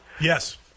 yes